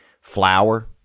flour